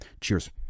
Cheers